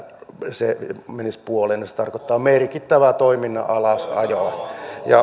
käyttövarat menisivät puoleen se tarkoittaa merkittävää toiminnan alasajoa